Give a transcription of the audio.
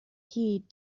heed